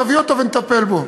תביא אותו ונטפל בו.